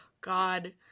God